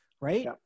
right